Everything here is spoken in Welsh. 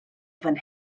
fan